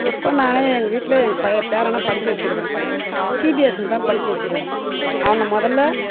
இப்போ நான் எங்கள் வீட்டில் எங்கள் பய பேரனை படிக்க வச்சுருக்குறேன் சி பி எஸ்ல தான் படிக்க வச்சுருக்குறேன் அவனை முதல்ல